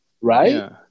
right